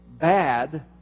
bad